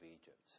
Egypt